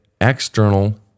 external